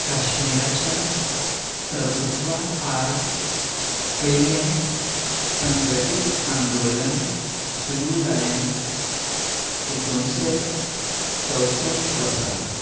काश्मिराच्या प्रभुत्वा आड पयलें संघटीत आंदोलन सुरू जालें एकुणशे चौसश्ट वर्सा